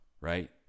right